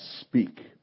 speak